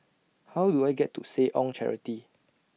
How Do I get to Seh Ong Charity